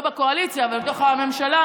לא בקואליציה אבל בתוך הממשלה,